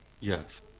Yes